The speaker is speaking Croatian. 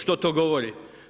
Što to govori?